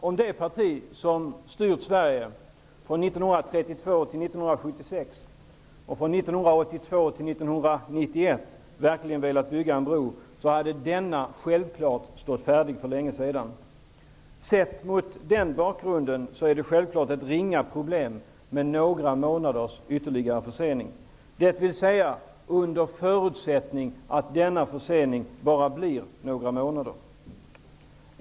Om det parti som styrt Sverige från 1932 till 1976 och från 1982 till 1991 verkligen velat bygga en bro, hade denna självklart stått färdig för länge sedan. Sett mot den bakgrunden är det självfallet ett ringa problem med några månaders ytterligare försening, under förutsättning att denna försening bara blir några månader.